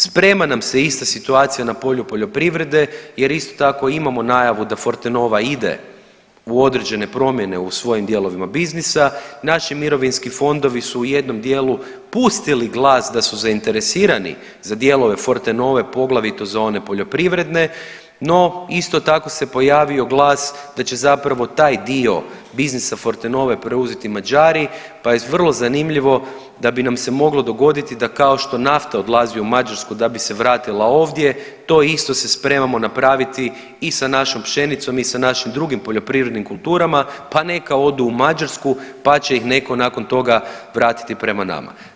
Sprema nam se ista situacija na polju poljoprivrede jer isto tako imamo najavu da Fortenova ide u određene promjene u svojim dijelovima biznisa, naši mirovinski fondovi su u jednom dijelu pustili glas da su i zainteresirani za dijelove Fortenove, poglavito za one poljoprivredne, no isto tako se pojavio glas da će zapravo taj dio biznisa Fortenove preuzeti Mađari pa je vrlo zanimljivo da bi nam se moglo dogoditi ta kao to nafta odlazi u Mađarsku da bi se vratila ovdje, to isto se spremamo napraviti i sa našom pšenicom i sa našim drugim poljoprivrednim kulturama, pa neka odu u Mađarsku pa će ih netko nakon toga vratiti prema nama.